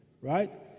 right